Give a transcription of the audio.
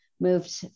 moved